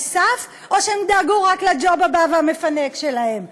סף או שהם דאגו רק לג'וב הבא והמפנק שלהם?